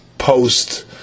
Post